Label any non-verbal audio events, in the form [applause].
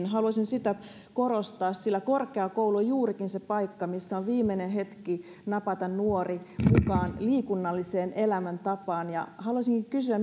[unintelligible] haluaisin sitä korostaa sillä korkeakoulu on juurikin se paikka missä on viimeinen hetki napata nuori mukaan liikunnalliseen elämäntapaan haluaisinkin kysyä [unintelligible]